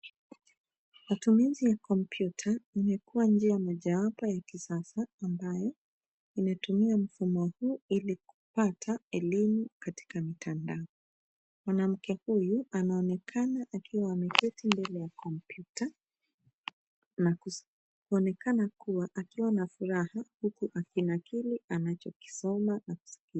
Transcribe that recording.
Matumizi ya kompyuta imekuwa njia mojawapo ya kisasa ambayo inatumia mfumo huu ili kupata elimu katika mtandao. Mwanamke huyu anaonekana akiwa ameketi mbele ya kompyuta na kuonekana kuwa akiwa na furaha huku akinakili anachokisoma akisikia.